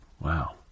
Wow